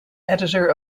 editor